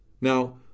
Now